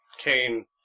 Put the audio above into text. Cain